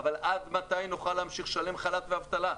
אבל עד מתי נוכל להמשיך לשלם חל"ת ואבטלה?